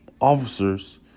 Officers